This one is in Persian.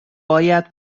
باید